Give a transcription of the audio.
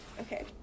Okay